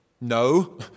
No